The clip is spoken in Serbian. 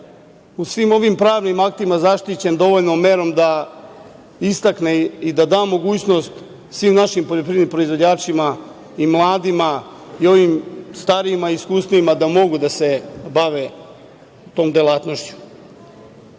u svim ovim pravnim aktima zaštićen dovoljnom merom da istakne i da da mogućnost svim našim poljoprivrednim proizvođačima i mladima i ovim starijima, iskusnijima da mogu da se bave tom delatnošću. Jedan